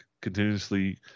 continuously